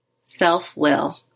self-will